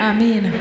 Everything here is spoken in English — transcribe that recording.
Amen